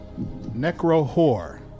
necro-whore